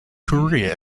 korea